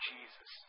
Jesus